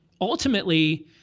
Ultimately